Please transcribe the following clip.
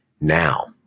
now